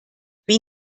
wie